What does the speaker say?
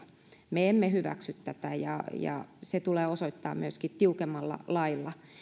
me emme hyväksy tätä ja ja se tulee osoittaa myöskin tiukemmalla lailla